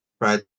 right